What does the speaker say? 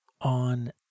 on